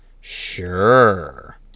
Sure